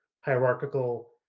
hierarchical